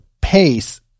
pace